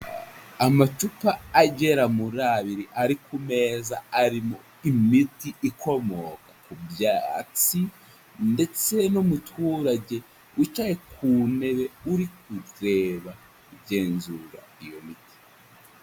Amacupa agera muri abiri ari ku meza arimo imiti ikomoka ku byatsi, ndetse n'umuturage wicaye ku ntebe uri kureba agenzura iyo miti.